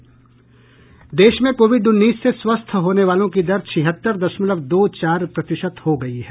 देश में कोविड उन्नीस से स्वस्थ होने वालों की दर छिहत्तर दशमलव दो चार प्रतिशत हो गई है